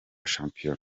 shampiyona